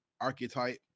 archetype